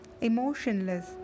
emotionless